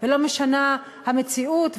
ולא משנה המציאות,